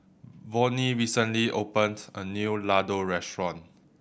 Vonnie recently opened a new Ladoo Restaurant